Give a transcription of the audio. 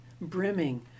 brimming